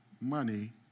money